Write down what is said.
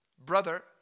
Brother